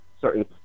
certain